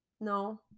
no